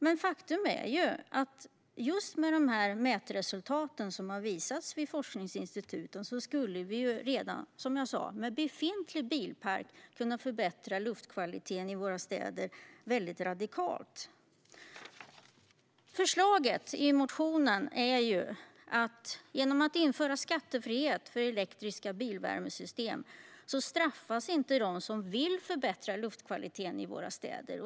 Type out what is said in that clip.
Men faktum är att forskningsinstitutens mätresultat har visat att vi redan, som jag sa, med befintlig bilpark radikalt skulle kunna förbättra luftkvaliteten i våra städer. Förslaget i motionen handlar om detta: Genom att införa skattefrihet för elektriska bilvärmesystem straffas inte de som vill förbättra luftkvaliteten i våra städer.